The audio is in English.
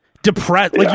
Depressed